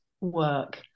work